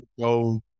go